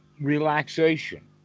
relaxation